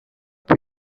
più